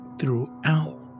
throughout